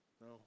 no